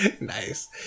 nice